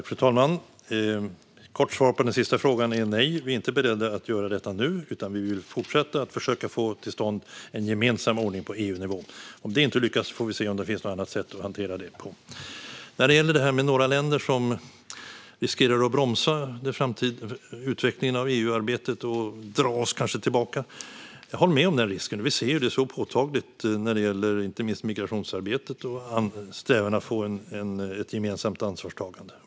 Fru talman! Ett kort svar på den sista frågan är nej. Vi är inte beredda att göra detta nu, utan vi vill fortsätta att försöka få till stånd en gemensam ordning på EU-nivå. Om det inte lyckas får vi se om det finns något annat sätt att hantera frågan på. När det gäller detta med att några länder riskerar att bromsa utvecklingen av EU-arbetet och kanske dra oss tillbaka håller jag med om denna risk. Vi ser det påtagligt när det gäller inte minst migrationsarbetet och strävan att få ett gemensamt ansvarstagande.